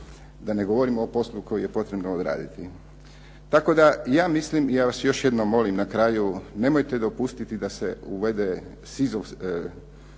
Da ne govorimo o poslu koji je potrebno odraditi. Tako da ja mislim, ja vas još jednom molim na kraju, nemojte dopustiti da se uvede